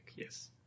Yes